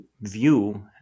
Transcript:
view